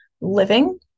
living